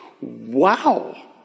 Wow